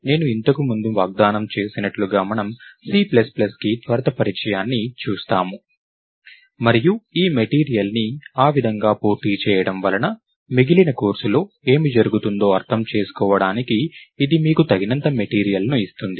నేను ఇంతకుముందు వాగ్దానం చేసినట్టుగా మనము C ప్లస్ ప్లస్ కి త్వరిత పరిచయాన్ని చూస్తాము మరియు ఈ మెటీరియల్ని ఆ విధంగా పూర్తి చేయడం వలన మిగిలిన కోర్సులో ఏమి జరుగుతుందో అర్థం చేసుకోవడానికి ఇది మీకు తగినంత మెటీరియల్ని ఇస్తుంది